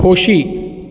खोशी